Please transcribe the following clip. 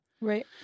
right